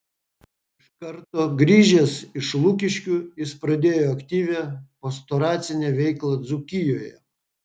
iš karto grįžęs iš lukiškių jis pradėjo aktyvią pastoracinę veiklą dzūkijoje